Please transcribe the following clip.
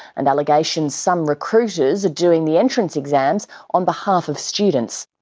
and allegations some recruiters are doing the entrance exams on behalf of students.